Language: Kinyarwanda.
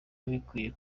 bikwiye